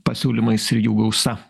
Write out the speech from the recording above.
pasiūlymais ir jų gausa